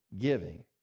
giving